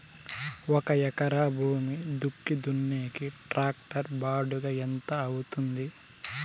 ఒక ఎకరా భూమి దుక్కి దున్నేకి టాక్టర్ బాడుగ ఎంత అవుతుంది?